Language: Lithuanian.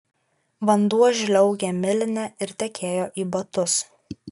vanduo žliaugė miline ir tekėjo į batus